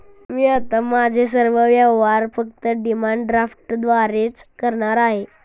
मी आता माझे सर्व व्यवहार फक्त डिमांड ड्राफ्टद्वारेच करणार आहे